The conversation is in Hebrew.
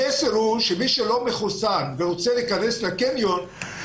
המסר הוא שמי שלא מחוסן ורוצה להיכנס לקניון,